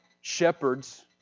Shepherds